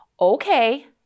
Okay